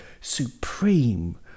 supreme